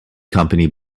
company